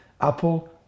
Apple